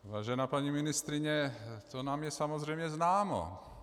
Vážená paní ministryně, to nám je samozřejmě známo.